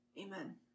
Amen